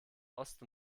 ost